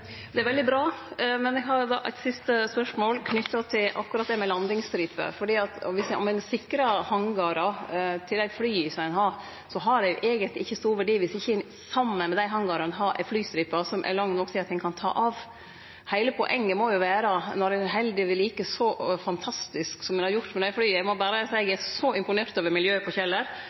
Det er veldig bra. Eg har eit siste spørsmål, knytt til landingsstripe. Om ein sikrar hangarar til dei flya som ein har, har det eigentleg ikkje stor verdi dersom ein ikkje saman med dei hangarane har ei flystripe som er lang nok til at fly kan ta av. Heile poenget når ein held flya ved like så fantastisk som ein har gjort – eg må berre seie at eg er så imponert over miljøet på Kjeller,